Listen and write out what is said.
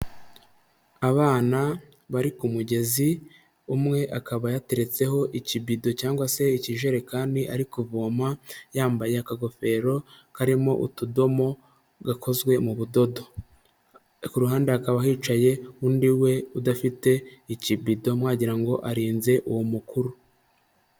Abana bari ku mugezi umwe akaba yateretseho ikibido cyangwa se ikijerekani ari kuvoma, yambaye akagofero karimo utudomo gakozwe mu budodo, ku ruhande hakaba hicaye undi we udafite ikibido wagira ngo arinze uwo mukuru.